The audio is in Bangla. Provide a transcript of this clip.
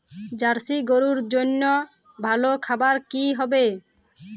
জার্শি গরুর জন্য ভালো খাবার কি হবে?